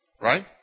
Right